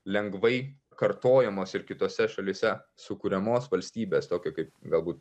lengvai kartojamos ir kitose šalyse sukuriamos valstybės tokio kaip galbūt